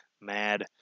Mad